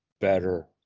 better